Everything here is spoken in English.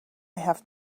have